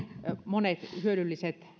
monet hyödylliset